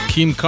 Kim